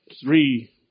three